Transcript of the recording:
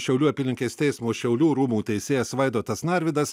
šiaulių apylinkės teismo šiaulių rūmų teisėjas vaidotas narvydas